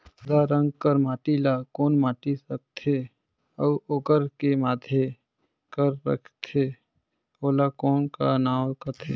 सादा रंग कर माटी ला कौन माटी सकथे अउ ओकर के माधे कर रथे ओला कौन का नाव काथे?